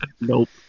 nope